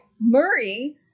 Murray